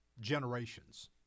Generations